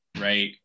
right